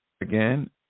Again